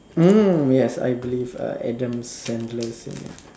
mm yes I believe uh Adam-Sandler is in it